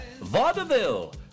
vaudeville